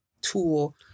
tool